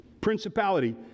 principality